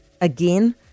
again